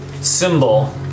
symbol